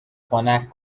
خنک